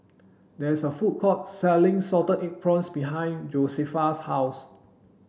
there is a food court selling salted egg prawns behind Josefa's house